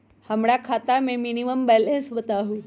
हमरा खाता में मिनिमम बैलेंस बताहु?